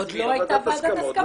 עוד לא היתה ועדת הסכמות.